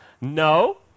No